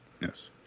yes